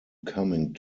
coming